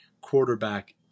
quarterback